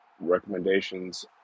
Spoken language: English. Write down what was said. recommendations